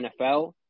NFL